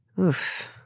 Oof